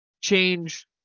change